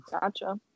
Gotcha